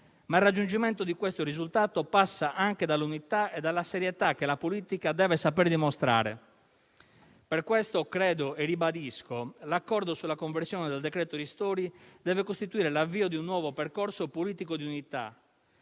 Il raggiungimento di questo risultato, però, passa anche dall'unità e dalla serietà che la politica deve saper dimostrare. Per questo, credo e ribadisco che l'accordo sulla conversione del decreto-legge ristori deve costituire l'avvio di un nuovo percorso politico di unità,